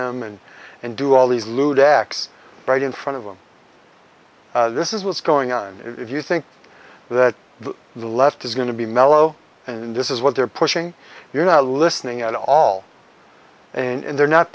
them in and do all these lewd acts right in front of them this is what's going on if you think that the left is going to be mellow and this is what they're pushing you're not listening at all and they're not